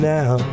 now